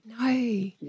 No